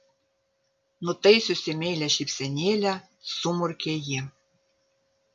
nutaisiusi meilią šypsenėlę sumurkė ji